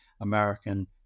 American